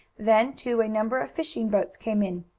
then, too, a number of fishing boats came in,